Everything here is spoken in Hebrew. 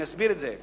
אני אסביר את זה: